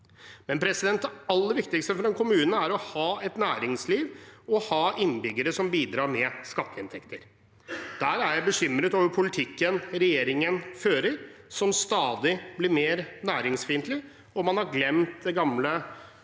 barnehager. Det aller viktigste for en kommune er likevel å ha et næringsliv og å ha innbyggere som bidrar med skatteinntekter. Der er jeg bekymret over politikken regjeringen fører, som stadig blir mer næringsfiendtlig. Man har glemt det gamle,